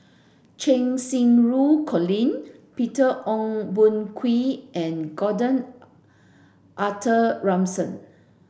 Cheng Xinru Colin Peter Ong Boon Kwee and Gordon Arthur Ransome